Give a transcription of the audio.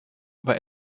war